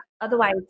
otherwise